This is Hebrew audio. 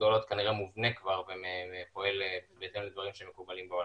גדולות כנראה מובנה כבר ופועל בהתאם לדברים המקובלים בעולם.